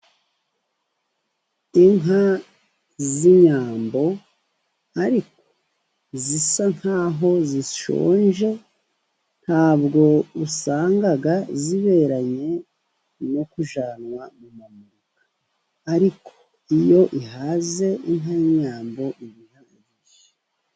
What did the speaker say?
Inka z'inyambo, ariko zisa nk'aho zishonje, ntabwo usanga ziberanye no kujyanwa mu masoko, ariko iyo ihaze inka y'inyambo iba imeze neza.